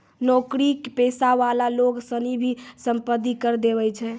नौकरी पेशा वाला लोग सनी भी सम्पत्ति कर देवै छै